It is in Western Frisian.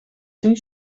tún